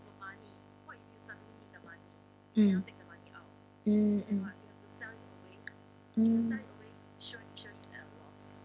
mm mm mm um